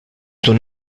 d’un